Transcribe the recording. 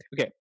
okay